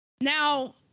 now